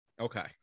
Okay